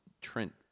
Trent